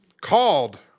called